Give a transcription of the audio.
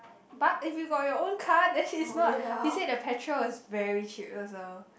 but if you got your own car then is not he say the petrol is very cheap also